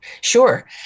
Sure